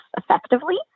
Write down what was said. effectively